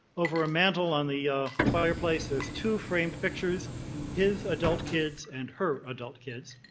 over a mantle on the fireplace, there's two framed pictures his adult kids and her adult kids.